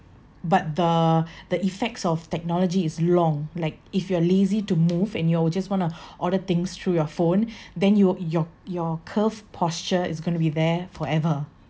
but the the effects of technology is long like if you are lazy to move and you'll just want to order things through your phone then you your your curve posture is going to be there forever